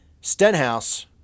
Stenhouse